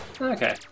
Okay